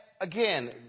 again